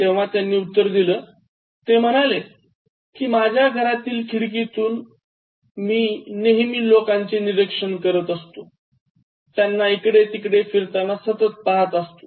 तेव्हा त्यांनी उत्तर दिल ते म्हणाले कि माझ्या घरातील खिडकीतून लोकांचे निरीक्षण करतो त्यांना इकडे तिकडे फिरताना सतत पाहत राहतो